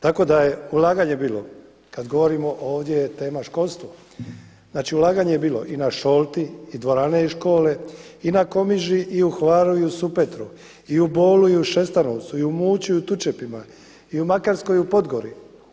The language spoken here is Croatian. Tako da je ulaganje bilo kada govorimo ovdje je tema školstvo, znači ulaganje je bilo i na Šolti i dvorane i škole, i na Komiži, i u Hvaru i u Supetru, i u Bolu i u Šestanovcu, i u Muću, i u Tučepima, i u Makarskoj, i u Podgori.